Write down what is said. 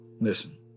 Listen